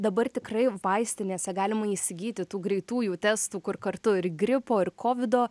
dabar tikrai vaistinėse galima įsigyti tų greitųjų testų kur kartu ir gripo ir kovido